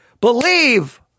believe